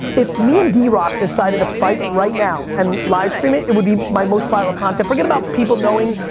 if me and drock decided to fight right now and livestream it, it would be my most viral content. forget about people knowing,